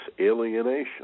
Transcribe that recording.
alienation